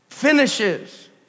finishes